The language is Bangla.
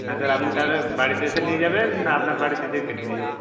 হ্যাঁ স্যার আপনি তাহলে বাড়িতে এসে নিয়ে যাবেন না আপনার বাড়িতে গিয়ে কেটে দিয়ে যাব